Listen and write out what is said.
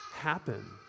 happen